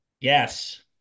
Yes